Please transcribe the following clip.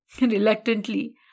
Reluctantly